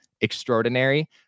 extraordinary